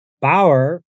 Bauer